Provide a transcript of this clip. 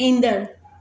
ईंदड़